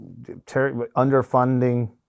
underfunding